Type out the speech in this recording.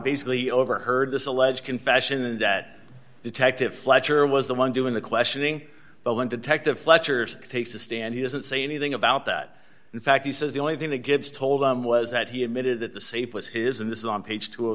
basically overheard this alleged confession and that detective fletcher was the one doing the questioning but when detective fletcher's takes the stand he doesn't say anything about that in fact he says the only thing that gives told him was that he admitted that the safe was his and this is on page t